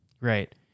Right